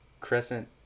crescent